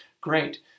great